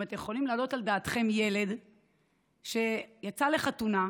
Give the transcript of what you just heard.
אם אתם יכולים להעלות על דעתכם ילד שיצא לחתונה,